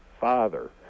father